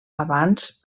abans